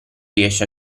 riesce